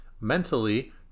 mentally